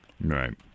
right